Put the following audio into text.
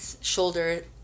shoulder